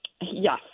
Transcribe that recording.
Yes